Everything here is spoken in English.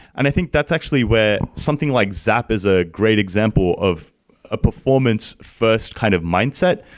and i think that's actually where something like zap is a great example of a performance first kind of mindset.